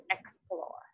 explore